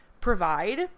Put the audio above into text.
provide